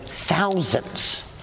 thousands